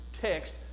text